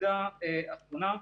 פסקה האחרונה,